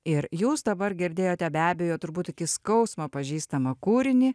ir jūs dabar girdėjote be abejo turbūt iki skausmo pažįstamą kūrinį